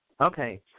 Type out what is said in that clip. Okay